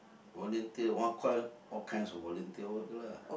volunteer all kinds of volunteer work lah